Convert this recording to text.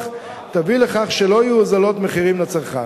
יביא לכך שלא יהיו הוזלות מחירים לצרכן.